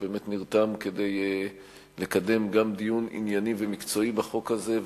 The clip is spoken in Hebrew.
שנרתם כדי גם לקדם דיון ענייני ומקצועי בחוק הזה,